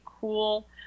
cool